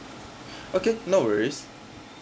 okay no worries